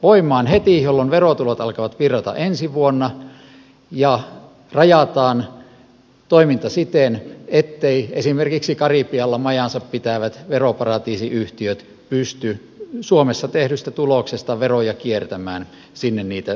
voimaan heti jolloin verotulot alkavat virrata ensi vuonna ja rajataan toiminta siten et teivät esimerkiksi karibialla majaansa pitävät veroparatiisiyhtiöt pysty suomessa tehdystä tuloksesta veroja kiertämään sinne niitä siirtämällä